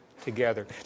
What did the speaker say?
together